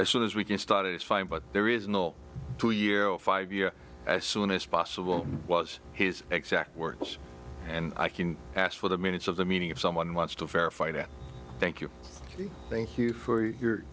as soon as we can start it is fine but there is no two year old five year as soon as possible was his exact words and i can ask for the minutes of the meeting if someone wants to verify that thank you thank you for your